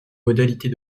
modalités